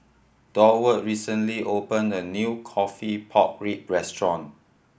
Durward recently opened a new coffee pork rib restaurant